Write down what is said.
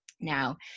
Now